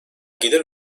gelir